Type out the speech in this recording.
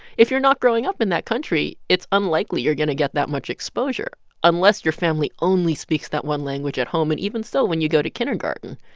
if you're not growing up in that country, it's unlikely you're going to get that much exposure unless your family only speaks that one language at home. and even so, when you go to kindergarten,